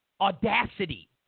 audacity